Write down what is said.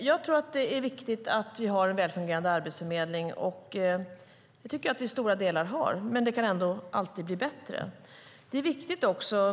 Fru talman! Det är viktigt att vi har en väl fungerande arbetsförmedling, vilket jag tycker att vi i stora delar har, men den kan alltid bli bättre.